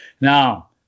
Now